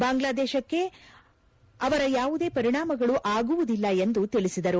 ಬಾಂಗ್ಲಾದೇಶಕ್ಕೆ ಅದರ ಯಾವುದೇ ಪರಿಣಾಮಗಳು ಆಗುವುದಿಲ್ಲ ಎಂದು ತಿಳಿಸಿದರು